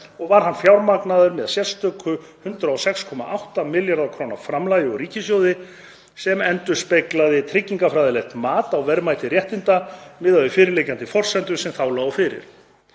og var hann fjármagnaður með sérstöku 106,8 milljarða kr. framlagi úr ríkissjóði sem endurspeglaði tryggingarfræðilegt mat á verðmæti réttinda miðað við fyrirliggjandi forsendur sem þá lágu fyrir.